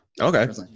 Okay